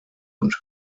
und